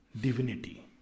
divinity